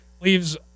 leaves